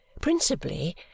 principally